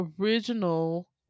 original